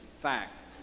fact